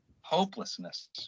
hopelessness